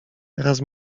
teraz